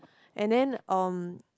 and then um